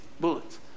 bullets